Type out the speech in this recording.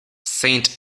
saint